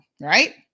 Right